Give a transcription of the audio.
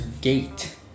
Gate